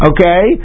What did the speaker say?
Okay